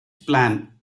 plan